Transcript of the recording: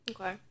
Okay